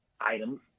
items